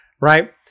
right